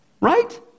Right